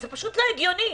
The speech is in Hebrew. זה פשוט לא הגיוני.